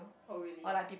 oh really ah